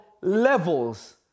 levels